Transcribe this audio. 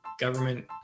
government